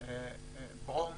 אשלג, ברום,